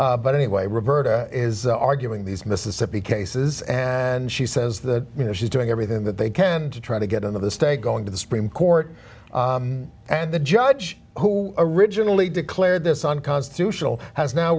apologize but anyway roberta is arguing these mississippi cases and she says that you know she's doing everything that they can to try to get into the state going to the supreme court and the judge who originally declared this unconstitutional has now